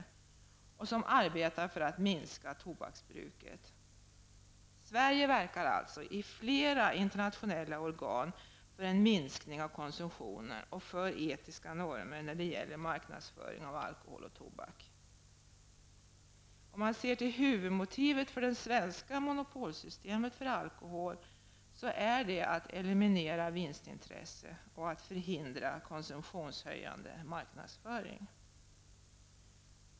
Denna kommission arbetar för att minska tobaksbruket. Sverige verkar alltså i flera internationella organ för en minskning av konsumtionen och för etiska normer när det gäller marknadsföring av alkohol och tobak. Huvudmotivet för det svenska monopolsystemet beträffande alkohol är att eliminera vinstintresset och att förhindra konsumtionshöjande marknadsföring.